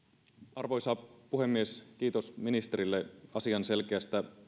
arvoisa puhemies kiitos ministerille asian selkeästä